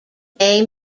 bay